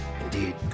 Indeed